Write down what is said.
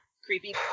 Creepy